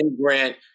Grant